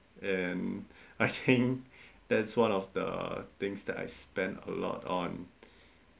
and I think that's one of the things that I spend a lot on